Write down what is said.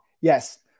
Yes